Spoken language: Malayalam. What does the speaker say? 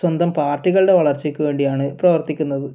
സ്വന്തം പാർട്ടികളുടെ വളർച്ചക്ക് വേണ്ടിയാണ് പ്രവർത്തിക്കുന്നത്